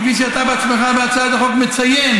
וכפי שאתה בעצמך בהצעת החוק מציין: